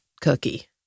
cookie